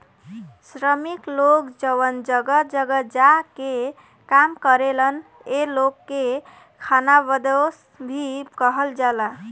श्रमिक लोग जवन जगह जगह जा के काम करेलन ए लोग के खानाबदोस भी कहल जाला